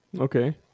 okay